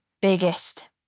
biggest